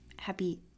Happy